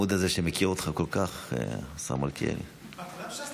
מכובדיי חברי